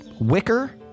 wicker